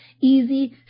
easy